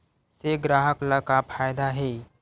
से ग्राहक ला का फ़ायदा हे?